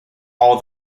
all